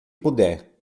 puder